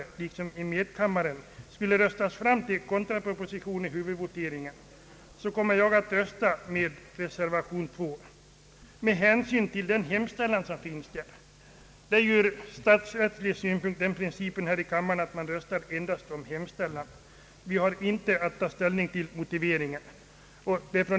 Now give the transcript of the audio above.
Men jag tror att herr Österdahl får vara nöjd även med den första halvan.